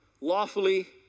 lawfully